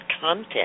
content